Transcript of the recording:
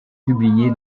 publié